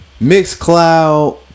MixCloud